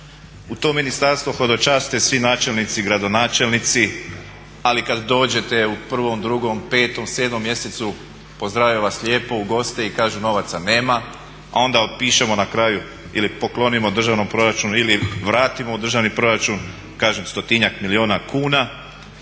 U to ministarstvo hodočaste svi načelnici, gradonačelnici ali kad dođete u prvom, drugom, petom, sedmom mjesecu pozdrave vas lijepo, ugoste i kažu novaca nema, a onda otpišemo na kraju ili poklonimo državnom proračunu ili vratimo u državni proračun kažem 100-njak milijuna kuna.